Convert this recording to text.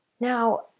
Now